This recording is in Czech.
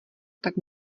tak